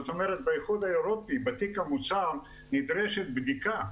באיחוד האירופי בתיק המוצר נדרשת בדיקה,